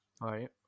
Right